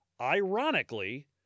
ironically